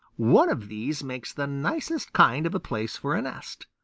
one of these makes the nicest kind of a place for a nest.